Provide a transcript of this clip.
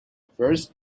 first